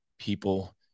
people